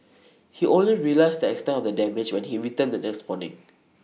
he only realised the extent of the damage when he returned the next morning